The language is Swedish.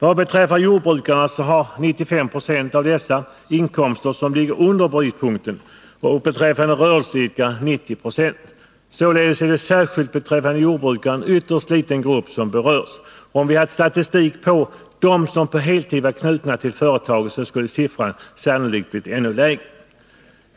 Av jordbrukarna har 95 260 och av rörelseidkarna 90 26 inkomster som ligger under brytpunkten. Således är det särskilt beträffande jordbrukare en ytterst liten grupp som berörs. Och om vi hade haft statistik på jordbrukare som på heltid var knutna till företaget, skulle siffran sannolikt ha blivit ännu lägre.